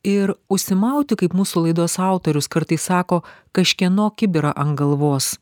ir užsimauti kaip mūsų laidos autorius kartais sako kažkieno kibirą ant galvos